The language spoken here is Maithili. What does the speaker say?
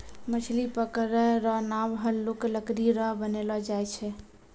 मछली पकड़ै रो नांव हल्लुक लकड़ी रो बनैलो जाय छै